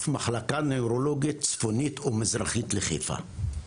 תודה רבה.